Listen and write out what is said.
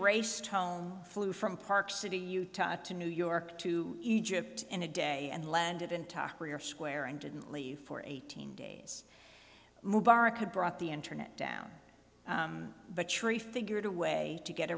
raced home flew from park city utah to new york to egypt in a day and landed in tucker you're square and didn't leave for eighteen days mubarak had brought the internet down the tree figured a way to get